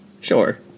Sure